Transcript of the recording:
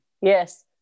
yes